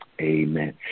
Amen